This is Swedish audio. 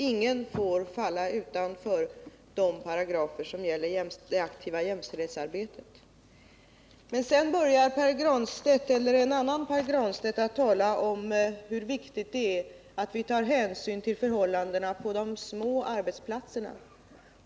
Ingen får falla utanför de paragrafer som gäller det aktiva jämställdhetsarbetet. Men sedan började en annan Pär Granstedt att tala om hur viktigt det är att vi tar hänsyn till förhållandena på de små arbetsplatserna.